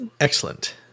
Excellent